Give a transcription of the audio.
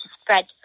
spread